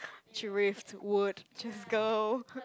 driftwood just go